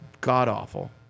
god-awful